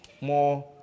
more